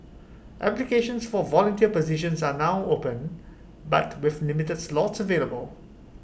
applications for volunteer positions are now open but with limited slots available